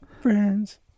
Friends